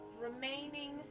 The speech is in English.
remaining